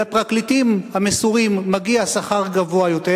לפרקליטים המסורים מגיע שכר גבוה יותר,